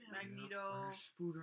Magneto